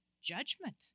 judgment